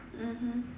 mmhmm